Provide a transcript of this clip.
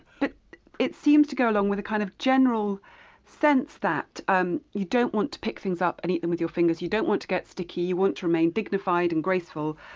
but it seems to go along with a kind of general sense that um you don't want to pick things up and eat them with your fingers. you don't want to get sticky you want to remain dignified and graceful,